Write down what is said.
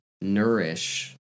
nourish